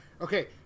Okay